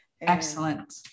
Excellent